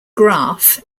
graph